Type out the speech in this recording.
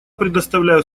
предоставляю